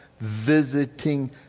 visiting